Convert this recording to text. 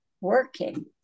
working